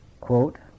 quote